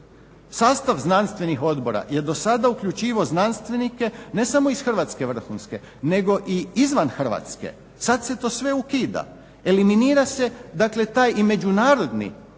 Sastav znanstvenih odbora je dosada uključivao znanstvenike ne samo iz Hrvatske vrhunske nego i izvan Hrvatske. Sad se to sve ukida, eliminira se dakle taj i međunarodni element